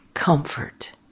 Comfort